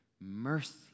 mercy